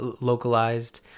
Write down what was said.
localized